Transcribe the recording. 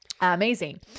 Amazing